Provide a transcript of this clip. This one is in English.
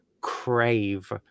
crave